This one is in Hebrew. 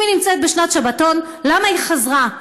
אם היא נמצאת בשנת שבתון, למה היא חזרה?